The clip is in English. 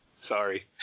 Sorry